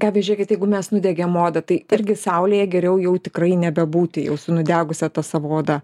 gabija žėkit jeigu mes nudegėm odą tai irgi saulėje geriau jau tikrai nebebūti jau su nudegusia ta savo oda